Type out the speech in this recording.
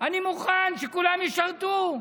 אני מוכן שכולם ישרתו,